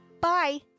Bye